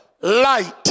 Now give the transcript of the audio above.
light